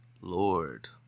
Lord